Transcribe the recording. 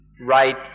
right